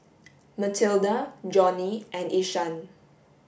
Matilda Johnny and Ishaan